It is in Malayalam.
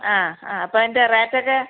ആ ആ അപ്പോൾ അതിന്റെ റേറ്റ് ഒക്കെ